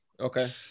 Okay